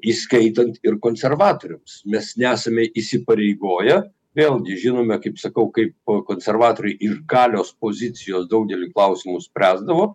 įskaitant ir konservatoriams mes nesame įsipareigoję vėlgi žinome kaip sakau kaip konservatoriai ir galios pozicijos daugelį klausimų spręsdavo